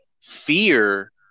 fear